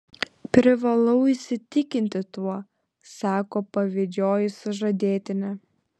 privalau įsitikinti tuo sako pavydžioji sužadėtinė